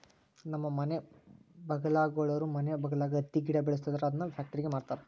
ನಮ್ಮ ಮನೆ ಬಗಲಾಗುಳೋರು ಮನೆ ಬಗಲಾಗ ಹತ್ತಿ ಗಿಡ ಬೆಳುಸ್ತದರ ಅದುನ್ನ ಪ್ಯಾಕ್ಟರಿಗೆ ಮಾರ್ತಾರ